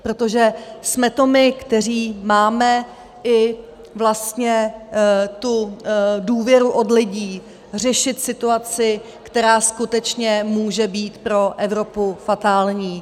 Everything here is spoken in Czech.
Protože jsme to my, kteří máme i vlastně důvěru od lidí řešit situaci, která skutečně může být pro Evropu fatální.